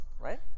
Right